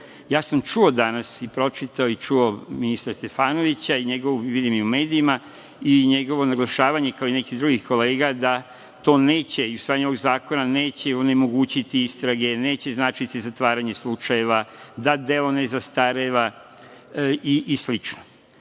sam danas, i pročitao i čuo ministra Stefanovića, vidim i u medijima, i njegovo naglašavanje, kao i nekih drugih kolega da to neće, usvajanje ovog zakona neće onemogućiti istrage, neće značiti zatvaranje slučajeva, da delo ne zastareva i